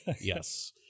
Yes